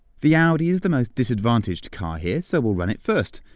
the audi is the most disadvantaged car here, so we'll run it first.